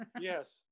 yes